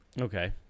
Okay